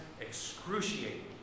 excruciating